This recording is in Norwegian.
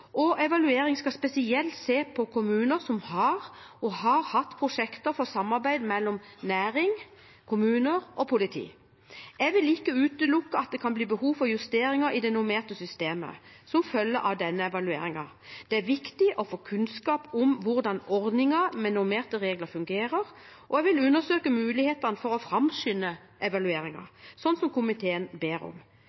og evalueringen skal spesielt se på kommuner som har og har hatt prosjekter for samarbeid mellom næring, kommuner og politi. Jeg vil ikke utelukke at det kan bli behov for justeringer i det normerte systemet som følge av denne evalueringen. Det er viktig å få kunnskap om hvordan ordningen med normerte regler fungerer, og jeg vil undersøke mulighetene for å framskynde